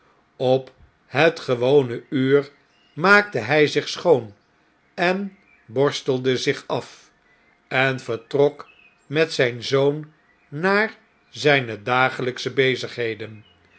op het gewone uur maakte hjj zich schoon en borstelde zich af en vertrok met zyn zoon naar zjjne dagelpsche bezigheden